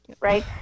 Right